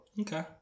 Okay